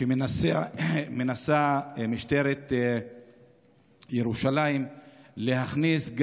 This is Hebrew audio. שמנסה משטרת ירושלים להכניס,